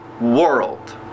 world